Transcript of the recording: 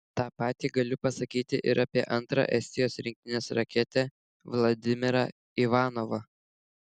tą patį galiu pasakyti ir apie antrą estijos rinktinės raketę vladimirą ivanovą